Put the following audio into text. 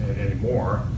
anymore